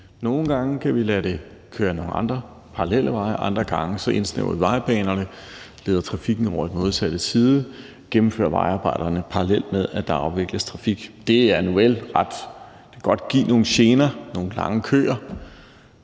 Nogle gange kan vi lade den køre ad nogle andre, parallelle veje; andre gange indsnævrer vi vejbanerne, leder trafikken over i den modsatte side og gennemfører vejarbejderne, parallelt med at der afvikles trafik. Det kan, nuvel, godt give nogle gener, nogle lange køer.